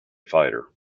fighter